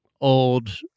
old